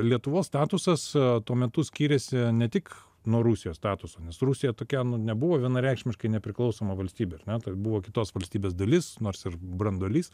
lietuvos statusas tuo metu skyrėsi ne tik nuo rusijos statuso nes rusija tokia nu nebuvo vienareikšmiškai nepriklausoma valstybė ar ne tai buvo kitos valstybės dalis nors ir branduolys